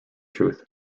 truth